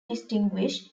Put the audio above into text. distinguish